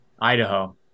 Idaho